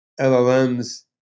LLMs